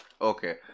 Okay